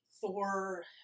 Thor